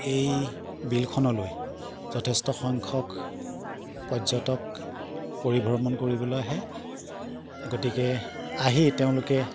এই বিলখনলৈ যথেষ্ট সংখ্যক পৰ্যটক পৰিভ্ৰমণ কৰিবলৈ আহে গতিকে আহি তেওঁলোকে